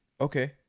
okay